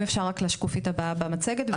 אם אפשר, רק השקופית הבאה במצגת.